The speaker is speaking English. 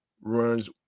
runs